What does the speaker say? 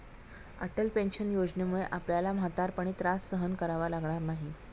Atal pension योजनेमुळे आपल्याला म्हातारपणी त्रास सहन करावा लागणार नाही